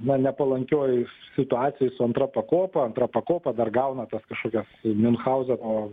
na nepalankioj situacijoj su antra pakopa antra pakopa dar gauna tas kažkokias miunchauzeno